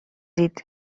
دید